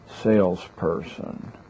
salesperson